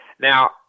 now